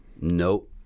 no